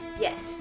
Yes